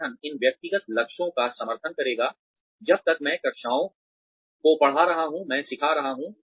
संगठन इन व्यक्तिगत लक्ष्यों का समर्थन करेगा जब तक मैं कक्षाओं को पढ़ा रहा हूँ मैं सिखा रहा हूँ